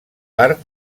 part